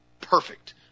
perfect